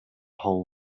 whole